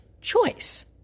choice